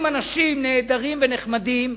עם אנשים נהדרים ונחמדים,